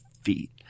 feet